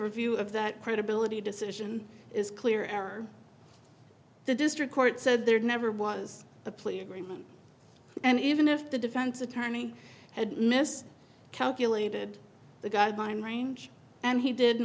review of that credibility decision is clear error the district court said there never was a plea agreement and even if the defense attorney had miss calculated the guideline range and he did